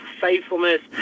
faithfulness